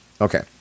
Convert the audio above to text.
Okay